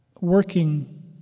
working